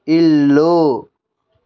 ఇల్లు